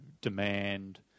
demand